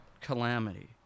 calamity